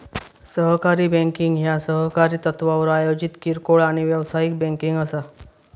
सहकारी बँकिंग ह्या सहकारी तत्त्वावर आयोजित किरकोळ आणि व्यावसायिक बँकिंग असा